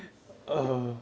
uh